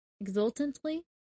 Exultantly